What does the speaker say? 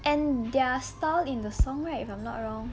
and their style in the song right if I'm not wrong